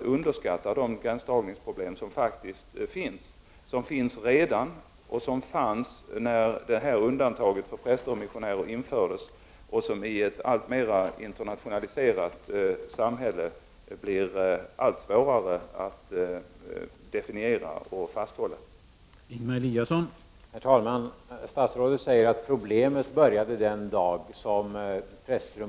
underskattar de gränsdragningsproblem som faktiskt finns och som fanns när undantaget för präster och missionärer infördes och som i ett alltmer internationaliserat samhälle blir allt svårare att definiera och fasthålla.